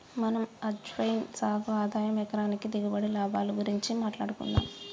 మనం అజ్వైన్ సాగు ఆదాయం ఎకరానికి దిగుబడి, లాభాల గురించి మాట్లాడుకుందం